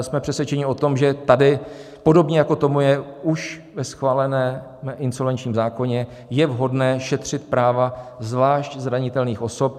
Jsme přesvědčeni o tom, že tady podobně, jako tomu je už ve schváleném insolvenčním zákoně, je vhodné šetřit práva zvlášť zranitelných osob.